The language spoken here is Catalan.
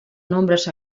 nombres